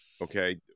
okay